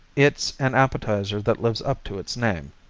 it's an appetizer that lives up to its name,